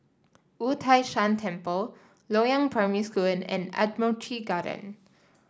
Wu Tai Shan Temple Loyang Primary School and Admiralty Garden